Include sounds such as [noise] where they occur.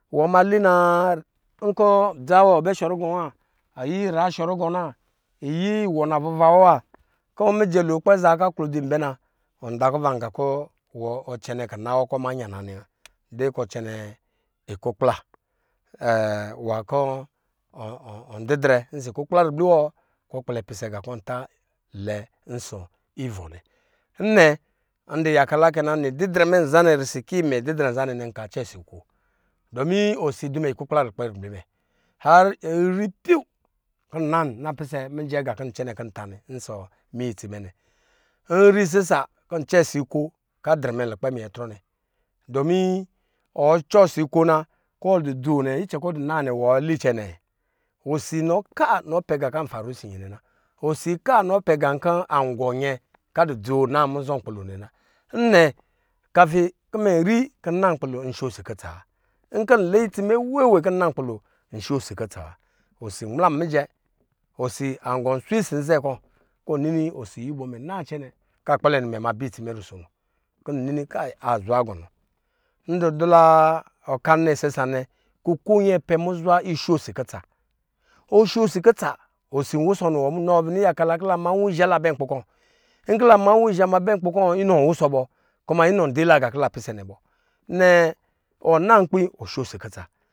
Wɔ nmali na nkɔ nɔ dza wɔ bɛ sɔrugɔ iyi iwɔ navuva wɔ wa kɔ nɔ mijɛ lo akpɛ zaa aklodzi anbɛ na wɔ daku va la ga kina wɔ kɔ ɔ ma yan a nɛ wa nyin kɔ ɔ cɛnɛ iku kpla [hesitation] kɔ ɔ didrɛ ɔsɔ ikukpl a ribli wɔ kɔ ɔ kpɛlɛ pisɛ nga kɔ ɔ lɛ ɔsɔ ivɔ nɛ ndɔ yaka la kɛ na risi kɔ imɛ didrɛ izanɛ nɛ nka cɛ si nko domi osi adu imɛ ikukpla lukpe nibli mɛ har nri tsiwu kɔ npisɛ mijɛ ga kɔ nta ɔsɔ itsi mɛ nɛ nri sisa kɔ ncɛ si nko kɔ adrɛmɛ lukpɛ minyɛ trɔ nɛ, domi wɔ cɔ nsi ko na kɔ wɔ du dzo ns icɛ kɔ ɔndu na nɛ wɔ li cɛnɛ. Osi nɔ ka nɔ pɛ nga kɔ anparo ɔsɔ nyɛ na osi ka nɔ pɛ nga kɔ angɔ nyɛ kɔ andzo na nkpilo nɛ na nnɛ kafi kɔ mɛ nri kɔ mɛ na nkpilo nso osi kutsa wa nko nri kɔ nna nkpi lo wee we nso osi kutsa wa osi mla mijɛ, osi a gɔn gu swi ɔsɔ nɛɛ kɔ kɔ ɔnini osi ayubɔ mɛ na cɛnɛ kɔ akpɛlɛ nimɛ ma bɛ itsi mɛ nusono, n nin i kayi azwa gɔnɔ ndu dɔla oka nɛ dsisa wana kɔ koyɛ apɛ muza nslo osi kutsa ɔ sho osi lautsa osi anwusɔ niwɔ mu nɔ bini yaka la kɔ la maranwiza la ba nkpi kɔ ila ma anwiza bɛ nki kɔ inju wusɔ bɔ inɔ dil a nga kɔ ila dɔ pisɛ nɛ bɔ wɔ na nkpi sho si kutsa